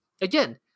again